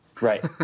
Right